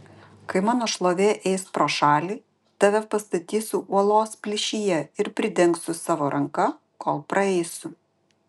kai mano šlovė eis pro šalį tave pastatysiu uolos plyšyje ir pridengsiu savo ranka kol praeisiu